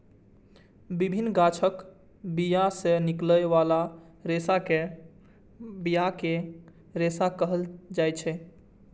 विभिन्न गाछक बिया सं निकलै बला रेशा कें बियाक रेशा कहल जाइ छै